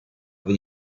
wir